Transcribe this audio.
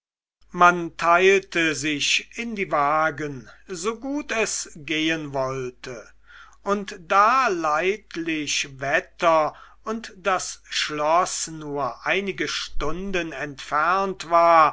man teilte sich in die wagen so gut es gehen wollte und da leidlich wetter und das schloß nur einige stunden entfernt war